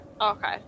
Okay